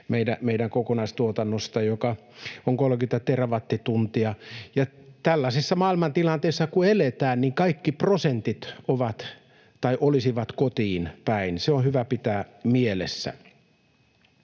meidän kokonaistuotannosta, joka on 30 terawattituntia. Tällaisessa maailmantilanteessa kun eletään, niin kaikki prosentit ovat, tai olisivat, kotiin päin. Se on hyvä pitää mielessä.